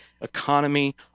economy